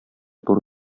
туры